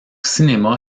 cinéma